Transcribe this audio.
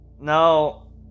No